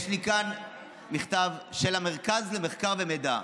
יש לי כאן מכתב של מרכז המחקר והמידע,